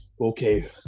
okay